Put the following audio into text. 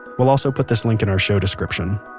we'll also put this link in our show description